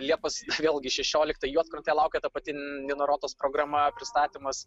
liepos vėlgi šešioliktą juodkrantė laukia ta pati nino rotos programa pristatymas